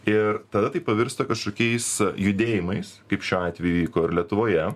ir tada taip pavirsta kažkokiais judėjimais kaip šiuo atveju įvyko ir lietuvoje